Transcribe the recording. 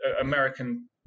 American